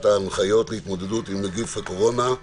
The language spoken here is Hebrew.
ההנחיות להתמודדות עם נגיף הקורונה,